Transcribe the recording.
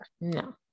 No